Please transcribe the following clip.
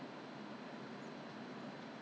我都 you know 懒得去买 leh